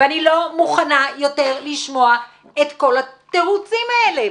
אני לא מוכנה יותר לשמוע את כל התירוצים האלה,